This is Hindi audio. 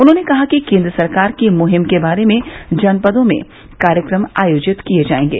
उन्होंने कहा कि केन्द्र सरकार की मुहिम के बारे में जनपदों में कार्यक्रम आयोजित किये जायेंगे